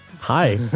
Hi